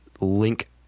link